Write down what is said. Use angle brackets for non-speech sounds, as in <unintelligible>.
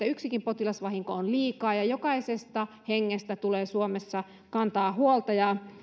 <unintelligible> yksikin potilasvahinko on liikaa ja pidämme erittäin tärkeänä että jokaisesta hengestä tulee suomessa kantaa huolta ja